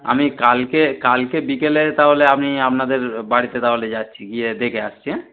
আমি কালকে কালকে বিকেলে তাহলে আমি আপনাদের বাড়িতে তাহলে যাচ্ছি গিয়ে দেখে আসছি হ্যাঁ